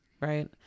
Right